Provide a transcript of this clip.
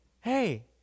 hey